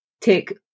take